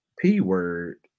P-word